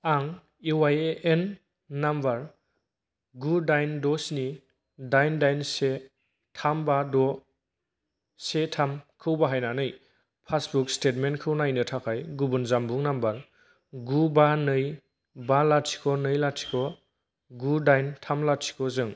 आं इउ I A N number गु दाइन द' स्नि दाइन दाइन से थाम बा द' से थाम खौ बाहायनानै पासबुक स्टेटमेन्टखौ नायनो थाखाय गुबुन जानबुं नम्बर गु बा नै बा लाथिख' नै लाथिख' गु दाइन थाम लाथिख' जों